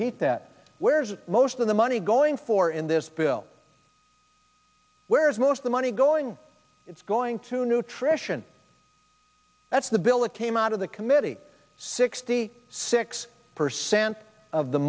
repeat that where's most of the money going for in this bill where is most of the money going it's going to nutrition that's the bill that came out of the committee sixty six percent of the